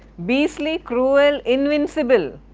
beastly, cruel, invincible,